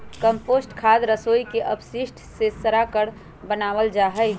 compost खाद रसोई के अपशिष्ट के सड़ाकर बनावल जा हई